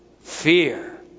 fear